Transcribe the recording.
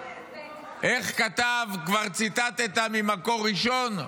איך כתב, כבר ציטטת ממקור ראשון,